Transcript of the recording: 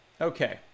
Okay